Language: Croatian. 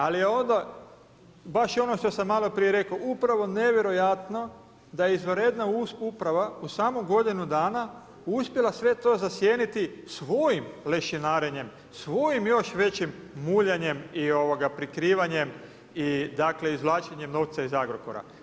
Ali je ono, baš ono što sam malo prije rekao, upravo nevjerojatno da je izvanredna uprava u samo godinu dana uspjela sve to zasjeniti svojim lešinarenjem, svojim još većim muljanjem i prikrivanjem i izvlačenjem novca iz Agrokora.